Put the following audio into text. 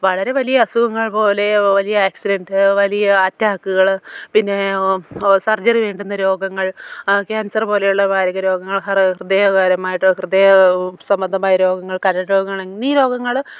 വളരെ വലിയ അസുഖങ്ങൾ പോലെ വലിയ ആക്സിഡൻ്റ് വലിയ അറ്റാക്കുകൾ പിന്നെ സർജറി വേണ്ടുന്ന രോഗങ്ങൾ ക്യാൻസർ പോലെയുള്ള മാരക രോഗങ്ങൾ ഹൃദയപരമായിട്ട് ഹൃദയ സംബന്ധമായ രോഗങ്ങൾ കരൾ രോഗങ്ങൾ എന്നീ രോഗങ്ങൾ